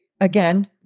again